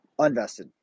Unvested